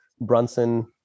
Brunson